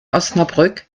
osnabrück